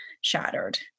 shattered